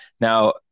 Now